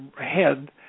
head